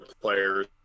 players